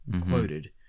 quoted